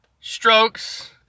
strokes